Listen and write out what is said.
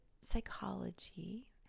psychology